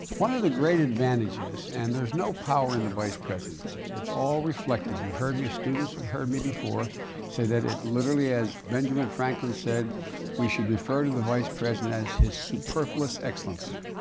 one of the great advantages, and there's no power in the vice presidency it's all reflective. you've heard me students have heard me before say that it literally as benjamin franklin said we should refer to the vice president as his superfluous excellency.